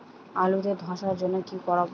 আলুতে ধসার জন্য কি করব?